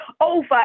over